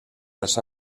las